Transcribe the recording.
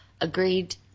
Agreed